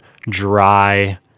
dry